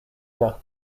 nach